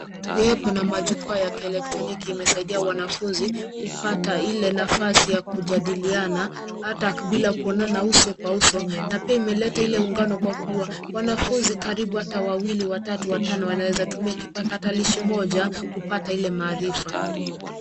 Kuwepo na majukwa ya kelektoniki imesaidia wanafuzi kupata ile nafasi ya kujadiliana ata bila kuonana uso kwa uso na pia imeleta ile ungano kwa kuwa wanafunzi karibu ata wawili, watatu, watano, wanaeza tumia kipakatalishi moja kupata ile marifa.